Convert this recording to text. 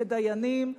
כדיינים.